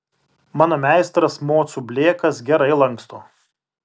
mano meistras mocų blėkas gerai lanksto